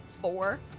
four